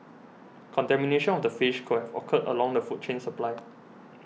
contamination of the fish could have occurred along the food chain supply